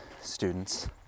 students